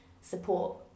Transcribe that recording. support